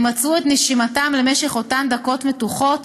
הם עצרו את נשימתם למשך אותן דקות מתוחות,